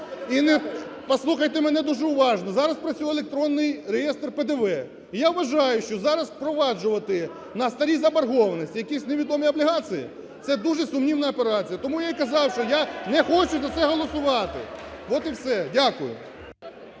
і… Послухайте мене дуже уважно! Зараз працює електронний реєстр ПДВ, і я вважаю, що зараз впроваджувати на старі заборгованості якісь невідомі облігації, це дуже сумнівна операція. Тому я й казав, що я не хочу за це голосувати. От і все. Дякую.